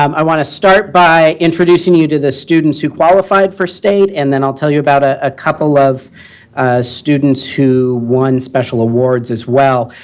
um i want to start by introducing you to the students who qualified for state, and then i'll tell you about a ah couple of students who won special awards as well.